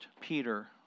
Peter